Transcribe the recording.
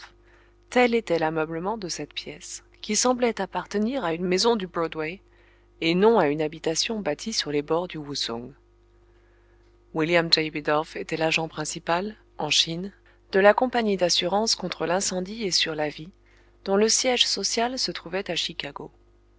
tel était l'ameublement de cette pièce qui semblait appartenir à une maison du broadway et non à une habitation bâtie sur les bords du wousung william j bidulph était l'agent principal en chine de la compagnie d'assurances contre l'incendie et sur la vie dont le siège social se trouvait à chicago